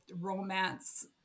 romance